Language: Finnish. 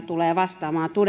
tulee vastaamaan